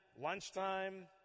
lunchtime